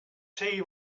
tea